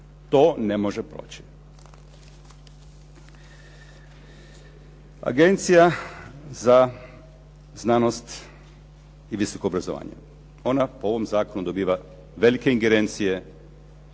To ne može proći. Agencija za znanost i visoko obrazovanje, ona po ovom zakonu dobiva velike ingerencije